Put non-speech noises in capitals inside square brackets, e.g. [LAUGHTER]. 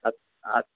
ಹತ್ತು [UNINTELLIGIBLE]